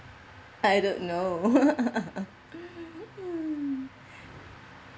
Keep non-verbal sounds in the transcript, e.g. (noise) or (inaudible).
I don't know (laughs)